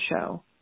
show